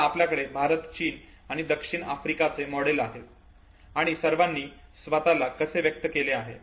आता आपल्याकडे भारत चीन दक्षिण आफ्रिकाचे मॉडेल्स आहेत आणि सर्वांनी स्वतःला तसेच व्यक्त केले आहे